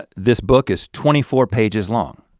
but this book is twenty four pages long.